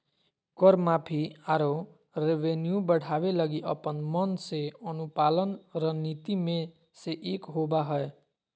कर माफी, आरो कर रेवेन्यू बढ़ावे लगी अपन मन से अनुपालन रणनीति मे से एक होबा हय